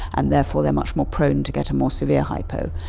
and therefore they are much more prone to get a more severe hypo.